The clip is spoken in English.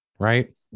Right